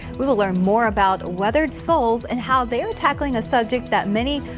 we'll we'll learn more about weathered souls and how they're tackling a subject that many.